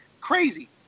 crazy